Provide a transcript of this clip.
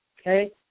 Okay